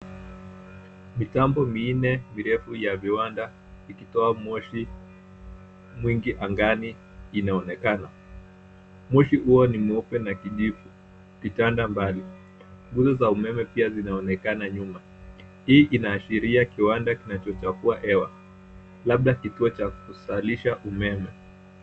Mitambo minne virefu ya viwanda vikitoa moshi mwingi angani inaonekana. Moshi huo ni mweupe na kijivu ukitanda mbali. Nguzo za umeme pia zinaonekana nyuma, hii inaashiria kiwanda kinachochafua hewa, labda kituo cha kusalisha umeme.